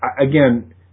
again